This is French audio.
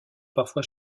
parfois